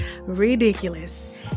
ridiculous